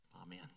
Amen